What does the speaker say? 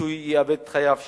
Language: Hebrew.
ומישהו יאבד את חייו שם.